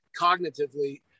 cognitively